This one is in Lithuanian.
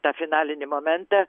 tą finalinį momentą